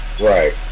right